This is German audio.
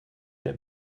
der